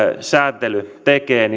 sääntely tekee